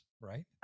right